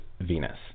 Venus